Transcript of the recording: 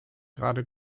gerade